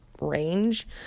range